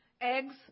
eggs